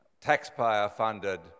taxpayer-funded